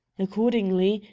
accordingly,